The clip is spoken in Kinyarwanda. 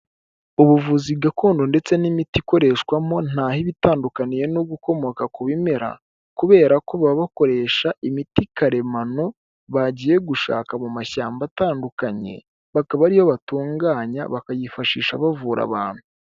Ubuvuzi gakondo ndetse n'imiti ikoreshwamo, ntaho iba itandukaniye no gukomoka ku bimera, kubera ko baba bakoresha imiti karemano, bagiye gushaka mu mashyamba atandukanye, bakaba ariyo batunganya bakayifashisha bavura abantu.